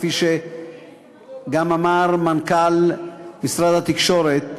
כפי שגם אמר מנכ"ל משרד התקשורת,